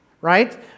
right